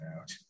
out